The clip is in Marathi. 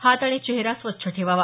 हात आणि चेहरा स्वच्छ ठेवावा